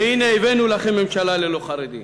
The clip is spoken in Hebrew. והנה, הבאנו לכם ממשלה ללא חרדים.